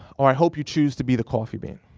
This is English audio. ah i hope you choose to be the coffee bean.